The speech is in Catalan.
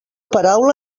paraula